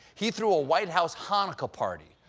he threw a white house hanukkah party.